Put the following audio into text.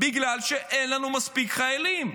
בגלל שאין לנו מספיק חיילים.